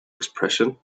expression